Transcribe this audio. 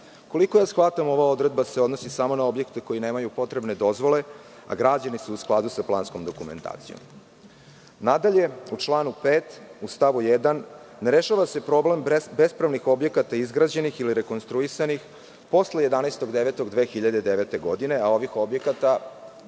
Koliko shvatam, ova odredba se odnosi samo na objekte koji nemaju potrebne dozvole, a građeni su u skladu sa planskom dokumentacijom. Nadalje, u članu 5. u stavu 1. ne rešava se problem bespravnih objekata izgrađenih ili rekonstruisanih posle 11.09.2009. godine, a ovih objekata,